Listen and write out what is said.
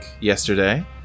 yesterday